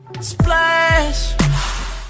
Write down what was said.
Splash